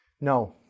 No